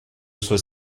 sois